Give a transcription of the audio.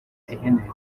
ihene